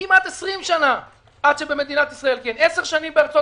כמעט 20 שנה עד שבמדינת ישראל עשר שנים בארצות